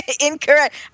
Incorrect